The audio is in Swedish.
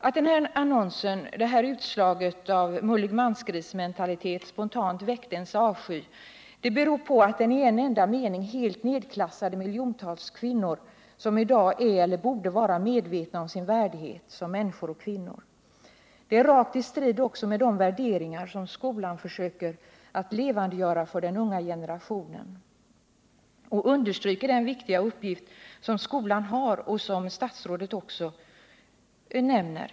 Att den här affischen, det här utslaget av mullig-mansgris-mentalitet, spontant väckte ens avsky beror på att den i en enda mening helt nedklassade miljontals kvinnor, som i dag är eller borde vara medvetna om sin värdighet som människor och som kvinnor. Affischens innehåll står också rakt i strid med de värderingar som skolan försöker skapa hos den unga generationen, och det ger belägg för den viktiga uppgift som skolan har i det här sammanhanget, vilket statsrådet också nämner.